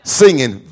singing